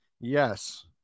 Yes